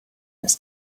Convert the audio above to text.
this